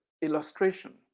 illustration